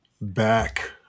back